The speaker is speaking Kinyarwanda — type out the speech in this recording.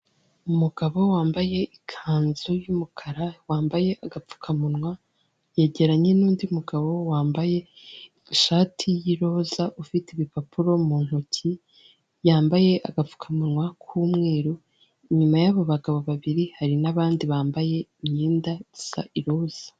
Umugabo wambaye ikanzu y'umukara wambaye agapfukamunwa yegeranye nundi mugabo wambaye ishati yiroza ufite ibipapuro mu ntoki yambaye agapfukamunwa k'umweru inyuma yabo bagabo babiri hari nabandi bambaye imyenda isa iroza.